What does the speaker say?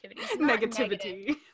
Negativity